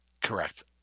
Correct